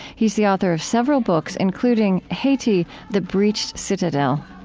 he's the author of several books, including haiti the breached citadel.